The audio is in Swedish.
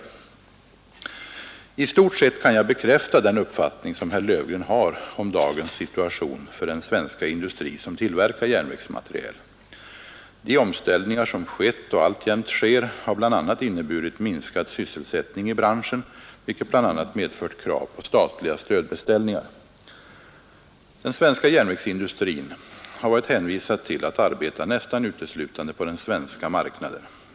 I stort sett kan jag bekräfta den uppfattning som herr Löfgren har om dagens situation för den svenska industri som tillverkar järnvägsmateriel. De omställningar som skett och alltjämt sker har bl.a. inneburit minskad sysselsättning i branschen, vilket bl.a. medfört krav på statliga stödbeställningar. Den svenska järnvägsindustrin har varit hänvisad till att arbeta nästan uteslutande på den svenska marknaden.